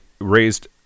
raised